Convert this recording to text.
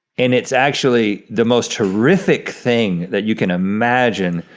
and it's actually the most horrific thing that you can imagine,